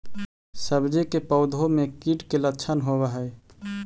सब्जी के पौधो मे कीट के लच्छन होबहय?